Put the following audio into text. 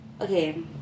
Okay